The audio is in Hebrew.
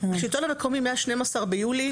מ-12 ביולי,